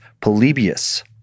Polybius